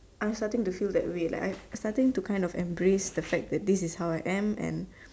I starting to feel that way like I I starting to kind of embrace the fact that this is how I am and